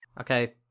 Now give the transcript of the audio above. Okay